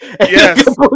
Yes